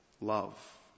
love